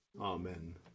Amen